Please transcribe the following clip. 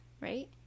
right